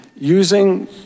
using